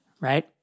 right